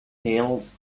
tales